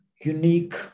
unique